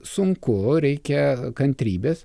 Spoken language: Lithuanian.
sunku reikia kantrybės